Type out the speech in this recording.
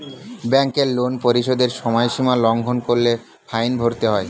ব্যাংকের লোন পরিশোধের সময়সীমা লঙ্ঘন করলে ফাইন ভরতে হয়